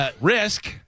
risk